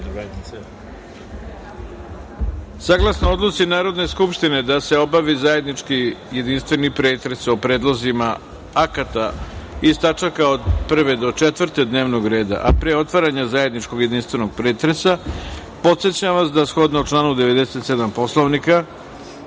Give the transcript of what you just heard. odluci Narodne skupštine da se obavi zajednički jedinstveni pretres o predlozima akata iz tačaka od 1. do 4. dnevnog reda, a pre otvaranja zajedničkog jedinstvenog pretresa, podsećam vas da, shodno članu 97. Poslovnika,